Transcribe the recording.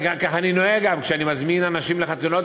וככה אני נוהג גם כשאני מזמין אנשים לחתונות,